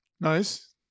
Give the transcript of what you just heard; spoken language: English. Nice